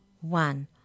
one